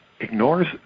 ignores